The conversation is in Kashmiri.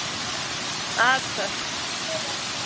اَد سا